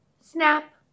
snap